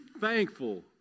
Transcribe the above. thankful